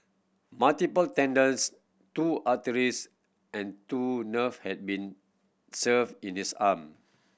multiple tendons two arteries and two nerve had been severed in his arm